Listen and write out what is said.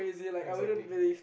exactly